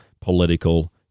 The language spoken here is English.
political